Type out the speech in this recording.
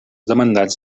demandats